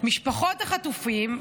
משפחות החטופים,